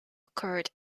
occurred